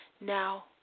now